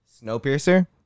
Snowpiercer